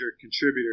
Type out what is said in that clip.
contributor